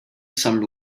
some